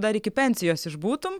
dar iki pensijos išbūtum